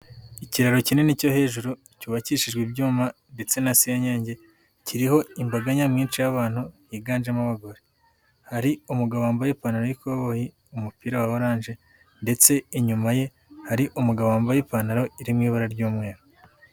Ikiraro kinini cyo hejuru cyubakishijwe ibyuma ndetse na senyenge kiriho imbaga nyamwinshi y'abantu higanjemo abagore. Hari umugabo wambaye ipantaro y'ikoboyi, umupira wa oranje ndetse inyuma ye hari umugabo wambaye ipantaro iri mu ibara ry'umweru.